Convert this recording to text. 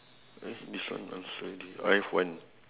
eh this one answer already I have one